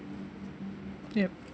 ya